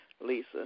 Lisa